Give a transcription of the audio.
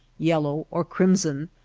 yellow, or crimson,